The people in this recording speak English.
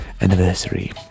anniversary